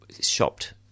shopped